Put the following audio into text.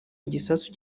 igisasu